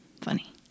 Funny